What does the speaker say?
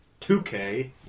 2K